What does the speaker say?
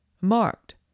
marked